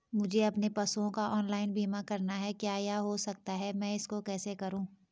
मुझे अपने पशुओं का ऑनलाइन बीमा करना है क्या यह हो सकता है मैं इसको कैसे करूँ?